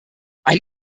ein